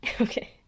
okay